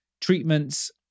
treatments